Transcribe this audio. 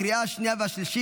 חמישה בעד, אין מתנגדים.